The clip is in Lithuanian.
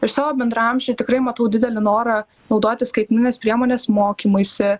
iš savo bendraamžių tikrai matau didelį norą naudoti skaitmenines priemones mokymuisi